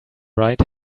right